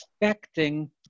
expecting